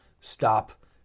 stop